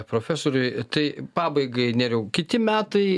profesoriui tai pabaigai nerijau kiti metai